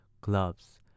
Gloves